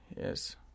Yes